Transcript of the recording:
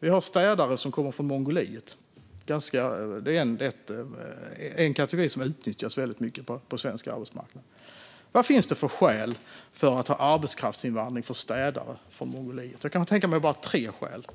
Vi har städare som kommer från Mongoliet, och det är en kategori som utnyttjas väldigt mycket på svensk arbetsmarknad. Vad finns det för skäl att ha arbetskraftsinvandring för städare från Mongoliet? Jag kan bara tänka mig tre skäl.